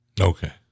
okay